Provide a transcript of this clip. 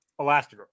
Elastigirl